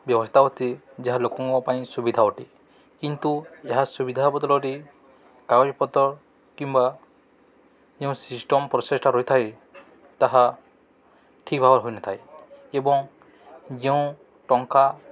ବ୍ୟବସ୍ଥା ଅଟେ ଯାହା ଲୋକଙ୍କ ପାଇଁ ସୁବିଧା ଅଟେ କିନ୍ତୁ ଏହା ସୁବିଧା ବଦଳରେ କାଗଜପତ୍ର କିମ୍ବା ଯେଉଁ ସିଷ୍ଟମ୍ ପ୍ରୋସେସ୍ଟା ରହିଥାଏ ତାହା ଠିକ୍ ଭାବରେ ହୋଇନଥାଏ ଏବଂ ଯେଉଁ ଟଙ୍କା